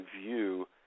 view